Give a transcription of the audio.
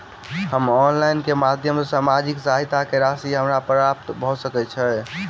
हम ऑनलाइन केँ माध्यम सँ सामाजिक सहायता केँ राशि हमरा प्राप्त भऽ सकै छै?